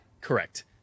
correct